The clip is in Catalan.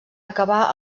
acabà